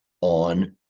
on